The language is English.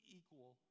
equal